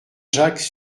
jacques